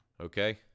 Okay